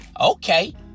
Okay